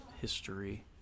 history